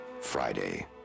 friday